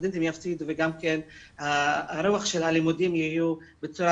הסטודנטים יפסידו וגם רוח הלימודים תהיה בצורה